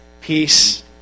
Peace